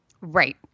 Right